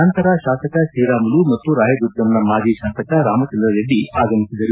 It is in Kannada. ನಂತರ ಶಾಸಕ ಶ್ರೀರಾಮುಲು ಮತ್ತು ರಾಯದುರ್ಗಂನ ಮಾಜಿ ಶಾಸಕ ರಾಮಚಂದ್ರ ರೆಡ್ಡಿ ಆಗಮಿಸಿದರು